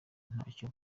ntacyo